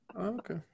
Okay